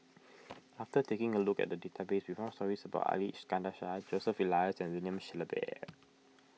after taking a look at the database we found stories about Ali Iskandar Shah Joseph Elias and William Shellabear